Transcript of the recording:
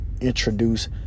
introduce